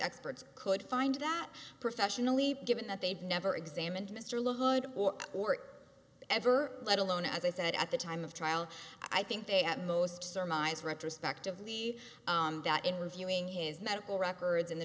experts could find that professionally given that they'd never examined mr lloyd or ever let alone as i said at the time of trial i think they at most sermonize retrospectively that in reviewing his medical records in the